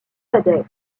cadet